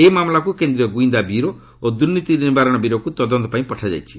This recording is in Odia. ଏହି ମାମଲାକୁ କେନ୍ଦ୍ରୀୟ ଗୁଇନ୍ଦା ବ୍ୟୁରୋ ଓ ଦୁର୍ନୀତି ନିବାରଣ ବ୍ୟୁରୋକୁ ତଦନ୍ତ ପାଇଁ ପଠାଯାଇଛି